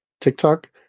TikTok